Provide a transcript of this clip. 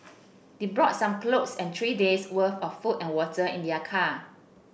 they brought some clothes and three days' worth of food and water in their car